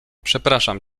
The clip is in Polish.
przepraszam